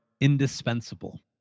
indispensable